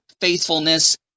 faithfulness